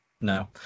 no